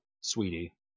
sweetie